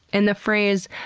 and the phrase,